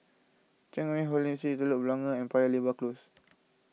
Cheang Hong Lim Street Telok Blangah Road and Paya Lebar Close